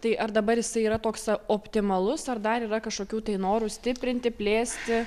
tai ar dabar jisai yra toks optimalus ar dar yra kažkokių tai norų stiprinti plėsti